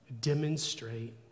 demonstrate